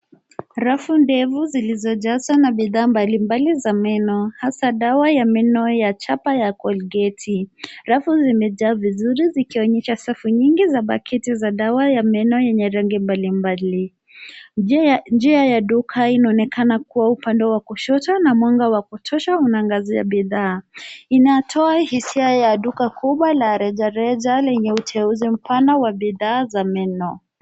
Rafu ndevu zilizojazwa na bidhaa mbalimbali za meno, hasa dawa ya meno ya chapa ya colgate. Rafu zimejaa vizuri vikiwainisha safu nyingi za baketi za dawa ya meno yenye rangi mbalimbali. Njia ya duka inaonekana kuwa upande wa kushoto na mwanga wa kutosha unaangazia bidhaa. Inatoa hisia ya duka kubwa la rejareja lenye uteuzi mfano wa bidhaa za meno.